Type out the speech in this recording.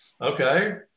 okay